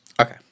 Okay